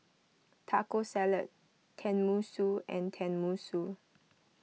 Taco Salad Tenmusu and Tenmusu